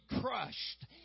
crushed